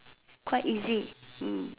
quite easy